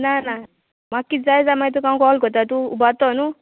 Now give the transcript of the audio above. ना ना म्हाका कित जाय जाल्या मागीर तुका हांव कॉल करतां तूं उबातो न्हू